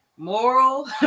Moral